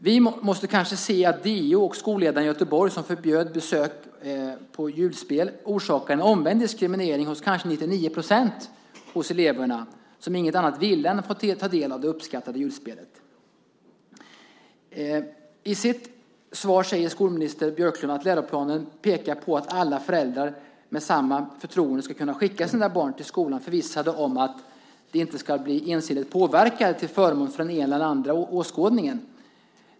Vi måste möjligen se det så att DO och skolledaren i Göteborg som förbjöd besök på julspel orsakar en omvänd diskriminering hos kanske 99 % av eleverna, som inget hellre ville än att ta del av det uppskattade julspelet. I sitt svar säger skolminister Björklund att läroplanen pekar på att alla föräldrar med samma förtroende ska kunna skicka sina barn till skolan förvissade om att de inte ska bli ensidigt påverkade till förmån för den ena eller andra åskådningen.